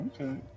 okay